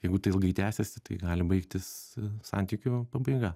jeigu tai ilgai tęsiasi tai gali baigtis santykių pabaiga